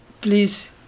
please